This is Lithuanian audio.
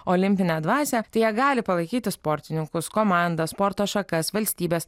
olimpinę dvasią jie gali palaikyti sportininkus komandas sporto šakas valstybes